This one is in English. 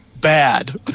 bad